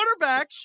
quarterbacks